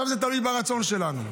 זה תלוי ברצון שלנו,